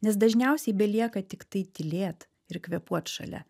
nes dažniausiai belieka tiktai tylėt ir kvėpuot šalia